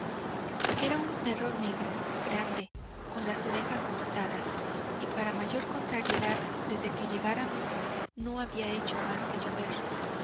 era un perro negro grande con las orejas cortadas y para mayor contrariedad desde que llegáramos no había hecho más que llover